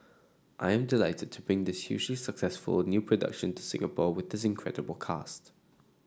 I am delighted to bring this huge successful new production to Singapore with this incredible cast